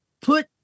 put